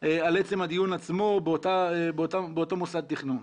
על עצם הדיון עצמו באותו מוסד תכנון.